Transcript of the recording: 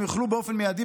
הם יוכלו באופן מיידי,